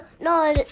no